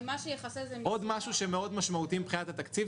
מה שיכסה זה --- עוד משהו שהוא מאוד משמעותי מבחינת התקציב,